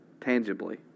tangibly